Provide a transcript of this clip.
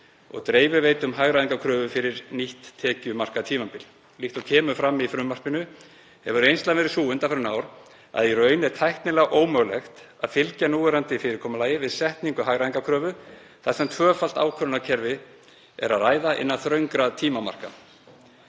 og dreifiveitum hagræðingarkröfu fyrir nýtt tekjumarkatímabil. Líkt og kemur fram í frumvarpinu hefur reynslan verið sú undanfarin ár að í raun er tæknilega ómögulegt að fylgja núverandi fyrirkomulagi við setningu hagræðingarkröfu þar sem um tvöfalt ákvörðunarkerfi er að ræða innan þröngra tímamarka.